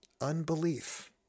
unbelief